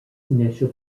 initial